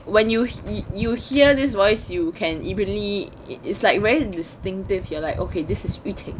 when you you hear this voice you can immediately it's like very distinctive you're like okay this is yu ting